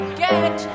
get